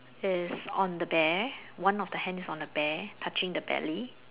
is on the bear one of the hand is on the bear touching the belly